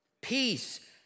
peace